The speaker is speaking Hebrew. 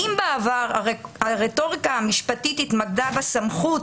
הרי הרטוריקה המשפטית התמקדה בסמכות,